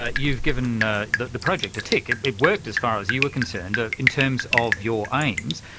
ah you've given ah the the project a tick. it it worked as far as you were concerned, ah in terms of your aims.